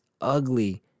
ugly